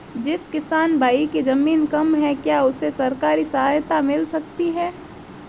जिस किसान भाई के ज़मीन कम है क्या उसे सरकारी सहायता मिल सकती है?